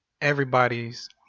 everybody's